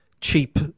cheap